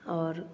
और